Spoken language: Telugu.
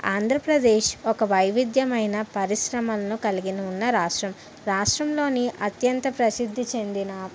ఆంధ్రప్రదేశ్ ఒక వైవిధ్యమైన పరిశ్రమలను కలిగి ఉన్న రాష్ట్రం రాష్ట్రంలోని అత్యంత ప్రసిద్ధి చెందిన